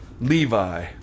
Levi